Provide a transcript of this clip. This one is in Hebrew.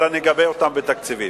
אלא נגבה אותן בתקציבים.